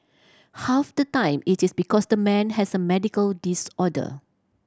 half the time it is because the man has a medical disorder